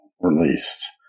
released